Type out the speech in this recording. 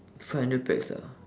five hundred pax ah